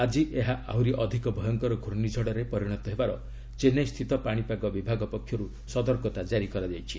ଆକି ଏହା ଆହୁରି ଅଧିକ ଭୟଙ୍କର ପ୍ରର୍ଷିଝଡ଼ରେ ପରିଣତ ହେବାର ଚେନ୍ନାଇସ୍ଥିତ ପାଣିପାଗ ବିଭାଗ ପକ୍ଷରୁ ସତର୍କତା ଜାରି କରାଯାଇଛି